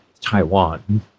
Taiwan